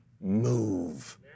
move